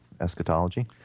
eschatology